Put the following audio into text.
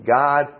God